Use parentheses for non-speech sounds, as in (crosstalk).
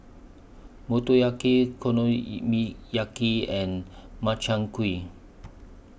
Motoyaki (unintelligible) and Makchang Gui